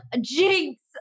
Jinx